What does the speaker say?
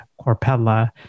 Corpella